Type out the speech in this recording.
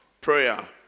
prayer